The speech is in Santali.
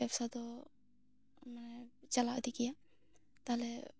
ᱵᱮᱵᱥᱟ ᱫᱚ ᱢᱟᱱᱮ ᱪᱟᱞᱟᱜ ᱤᱫᱤᱜ ᱜᱮᱭᱟ ᱛᱟᱦᱚᱞᱮ